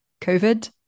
COVID